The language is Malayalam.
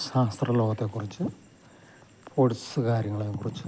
ശാസ്ത്ര ലോകത്തെ കുറിച്ചു പൊഡ്സ്സ് കാര്യങ്ങളെ കുറിച്ചു